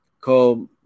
called